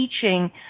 teaching